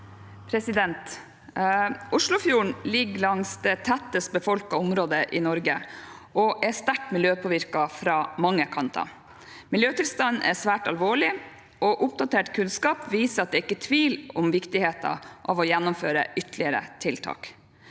Os- lofjorden ligger langs det tettest befolkede området i Norge og er sterkt miljøpåvirket fra mange kanter. Miljøtilstanden er svært alvorlig, og oppdatert kunnskap viser at det ikke er tvil om viktigheten av å gjennomføre ytterligere tiltak.